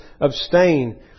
abstain